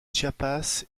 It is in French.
chiapas